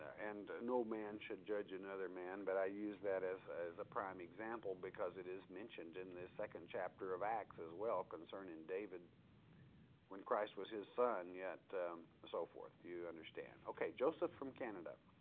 and no man should judge another man, but i use that as as a prime example because it is mentioned in the second chapter of acts as well concerning david when christ was his son yet so forth you understand. okay joseph from canada,